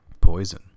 Poison